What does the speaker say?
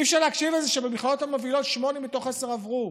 אי-אפשר לא להקשיב לזה שבמכללות המובילות שמונה מתוך עשרה עברו.